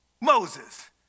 Moses